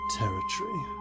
territory